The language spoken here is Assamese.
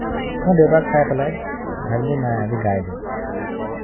মই দেউতাক চাই পেলাই ভাবিলো নাই আজি গাই দিওঁ